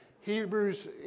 Hebrews